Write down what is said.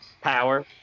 Power